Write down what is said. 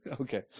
Okay